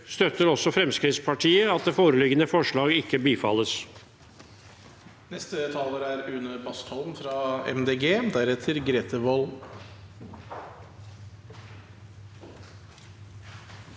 støtter også Fremskrittspartiet at det foreliggende forslaget ikke bifalles.